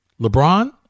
LeBron